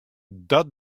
dat